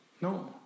no